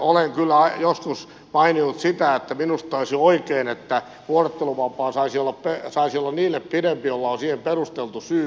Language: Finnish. olen kyllä joskus maininnut että minusta olisi oikein että vuorotteluvapaa olisi niille pidempi joilla on siihen perusteltu syy